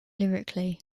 lyrically